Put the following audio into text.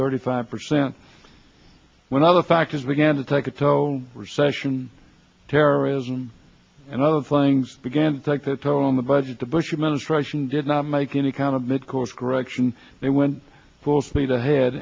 thirty five percent when other factors began to take a toll recession terrorism and other things began to take a toll on the budget the bush administration did not make any kind of mid course action they went full speed ahead